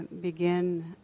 begin